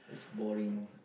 that's boring